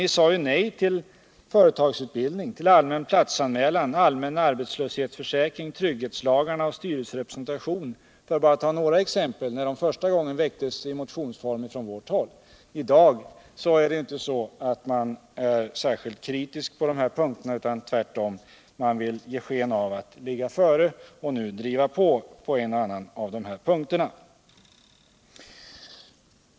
Ni sade ju nej till förslagen om företagsutbildning, allmän platsanmälan, allmän arbetslöshetsförsäkring, trygghetslagarna och styrelserepresentationen — för att ta bara några exempel — när vi första gången väckte de frågorna i motionsform. I dag är socialdemokraterna inte särskilt kritiska på de punkterna, utan de vill tvärtom försöka ge sken av att ligga före oss och t. 0. m. driva på i en och annan av de punkterna.